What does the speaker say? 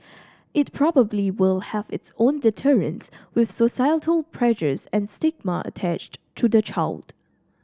it probably will have its own deterrents with societal pressures and stigma attached to the child